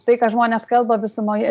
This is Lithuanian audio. tai ką žmonės kalba visumoje